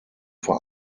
vor